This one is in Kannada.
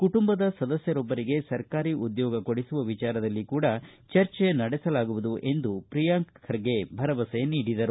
ಕುಟುಂಬದ ಸದಸ್ಯರೊಬ್ಬರಿಗೆ ಸರಕಾರಿ ಉದ್ಯೋಗ ಕೊಡಿಸುವ ವಿಚಾರದಲ್ಲಿ ಕೂಡಾ ಚರ್ಚೆ ನಡೆಸಲಾಗುವುದು ಎಂದು ಪ್ರಿಯಾಂಕ್ ಖರ್ಗೆ ಭರವಸೆ ನೀಡಿದರು